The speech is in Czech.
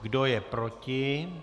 Kdo je proti?